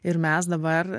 ir mes dabar